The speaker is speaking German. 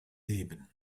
leben